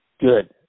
Good